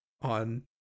on